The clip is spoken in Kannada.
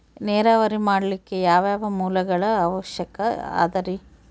ನೇರಾವರಿ ಮಾಡಲಿಕ್ಕೆ ಯಾವ್ಯಾವ ಮೂಲಗಳ ಅವಶ್ಯಕ ಅದರಿ?